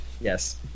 Yes